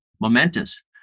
momentous